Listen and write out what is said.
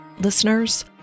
listeners